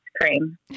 cream